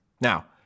Now